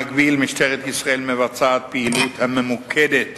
במקביל, משטרת ישראל מבצעת פעילות ממוקדת